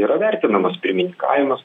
yra vertinamas pirmininkavimas